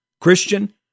Christian